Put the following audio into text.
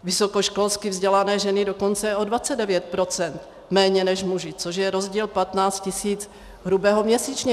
Vysokoškolsky vzdělané ženy dokonce o 29 % méně než muži, což je rozdíl 15 tisíc hrubého měsíčně.